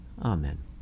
Amen